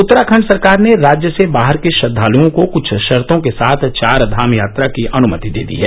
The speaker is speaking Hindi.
उत्तराखंड सरकार ने राज्य से बाहर के श्रृद्वालुओं को कुछ शर्तों के साथ चाखाम यात्रा की अनुमति दे दी है